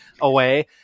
away